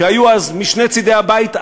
שהיו אז משני צדי הבית,